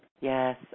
Yes